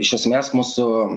iš esmės mūsų